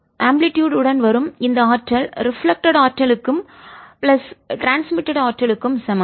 amplitude உடன் அலைவீச்சு வரும் இந்த ஆற்றல் ரிஃப்ளெக்ட்டட் பிரதிபலித்த ஆற்றலுக்கும் பிளஸ் ட்ரான்ஸ்மிட்டட் கடத்தப்படும்ஆற்றல் க்கு சமம்